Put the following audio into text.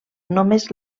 només